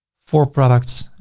four products,